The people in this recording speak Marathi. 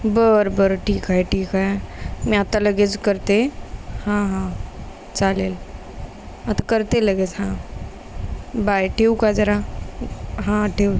बरं बरं ठीक आहे ठीक आहे मी आता लगेच करते हां हां चालेल आता करते लगेच हां बाय ठेऊ का जरा हां ठेव